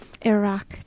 Iraq